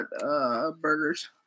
burgers